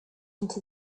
into